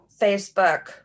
Facebook